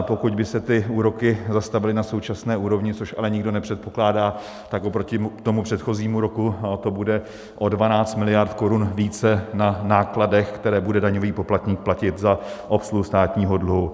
Pokud by se ty úroky zastavily na současné úrovni, což ale nikdo nepředpokládá, tak oproti předchozímu roku to bude o 12 miliard korun více na nákladech, které bude daňový poplatník platit za obsluhu státního dluhu.